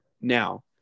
Now